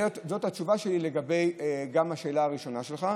זו התשובה שלי גם לגבי השאלה הראשונה שלך,